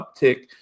uptick